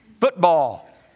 Football